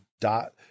dot